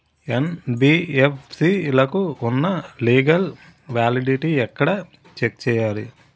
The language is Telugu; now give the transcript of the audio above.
యెన్.బి.ఎఫ్.సి లకు ఉన్నా లీగల్ వ్యాలిడిటీ ఎక్కడ చెక్ చేయాలి?